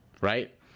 right